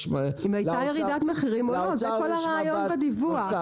יש לאוצר מבט נוסף.